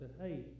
hey